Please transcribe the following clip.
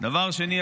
דבר שני,